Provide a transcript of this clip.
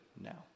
now